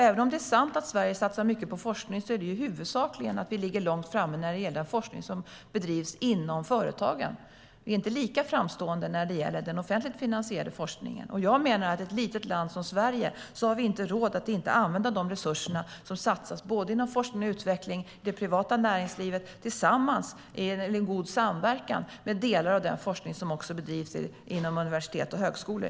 Även om det är sant att Sverige satsar mycket på forskning gäller det huvudsakligen forskning som bedrivs inom företagen; vi är inte lika framstående när det gäller den offentligt finansierade forskningen. Jag menar att ett litet land som Sverige inte har råd att inte använda de resurser som satsas inom forskning och utveckling i det privata näringslivet i god samverkan med delar av den forskning som bedrivs inom universitet och högskolor.